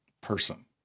person